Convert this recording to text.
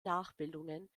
nachbildungen